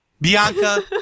Bianca